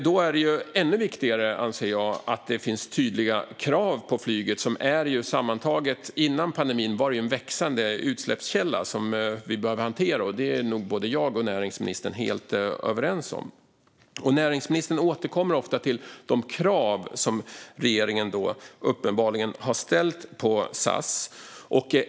Då är det ännu viktigare, anser jag, att det finns tydliga krav på flyget, som före pandemin var en växande utsläppskälla och som vi behöver hantera. Detta är nog jag och näringsministern helt överens om. Näringsministern återkommer ofta till de krav som regeringen uppenbarligen har ställt på SAS.